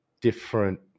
different